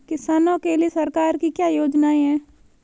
किसानों के लिए सरकार की क्या योजनाएं हैं?